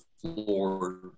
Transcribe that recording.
floor